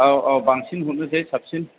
औ औ बांसिन हरनोसै साबसिन